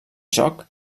joc